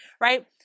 right